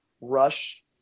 rush